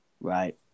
Right